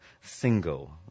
single